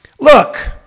Look